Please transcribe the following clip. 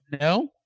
no